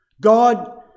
God